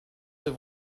this